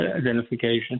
identification